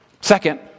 Second